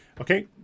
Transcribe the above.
Okay